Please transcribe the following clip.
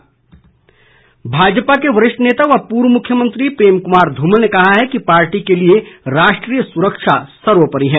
भाजपा प्रचार भाजपा के वरिष्ठ नेता व पूर्व मुख्यमंत्री प्रेम कुमार धूमल ने कहा है कि पार्टी के लिए राष्ट्रीय सुरक्षा सर्वोपरि है